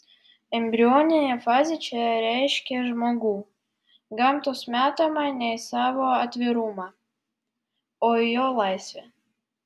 embrioninė fazė čia reiškia žmogų gamtos metamą ne į savo atvirumą o į jo laisvę